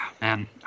Man